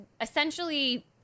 essentially